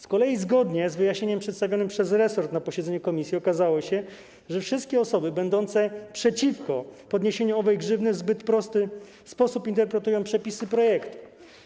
Z kolei po wyjaśnieniu przedstawionym przez resort na posiedzeniu komisji okazało się, że wszystkie osoby będące przeciwko podniesieniu owej grzywny w zbyt prosty sposób interpretują przepisy projektu.